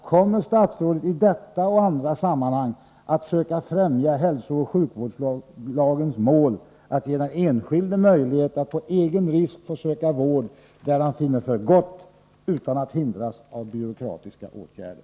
Kommer statsrådet i detta och andra sammanhang att söka främja hälsooch sjukvårdslagens mål att ge den enskilde möjlighet att på egen risk få söka vård där han finner för gott utan att hindras av byråkratiska åtgärder?